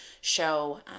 show